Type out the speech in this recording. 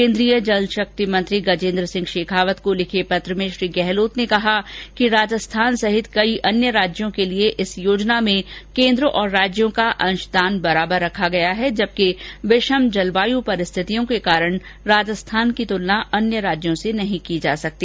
केन्द्रीय जल शक्ति मंत्री गजेन्द्र सिंह शेखावत को लिखे पत्र में श्री गहलोत ने कहा कि राजस्थान सहित कई अन्य राज्यों के लिए इस योजना में केन्द्र और राज्यों का अंशदान बराबर रखा गया है जबकि विषम जलवाय परिस्थितियों के कारण राजस्थान की तुलना अन्य राज्यों से नहीं की जा सकती